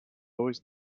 always